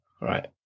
Right